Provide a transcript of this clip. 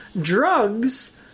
drugs